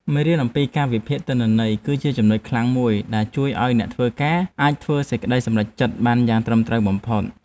មេរៀនអំពីការវិភាគទិន្នន័យ គឺជាចំណុចខ្លាំងមួយដែលជួយឱ្យអ្នកធ្វើការអាចធ្វើសេចក្តីសម្រេចចិត្តបានយ៉ាងត្រឹមត្រូវបំផុត។